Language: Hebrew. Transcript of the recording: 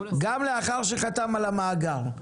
גם לאחר שחתם על המאגר.